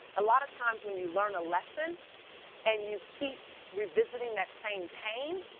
a lot of times when you learn a lesson and you keep revisiting that same pain,